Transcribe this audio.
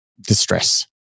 distress